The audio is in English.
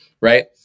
right